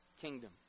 kingdom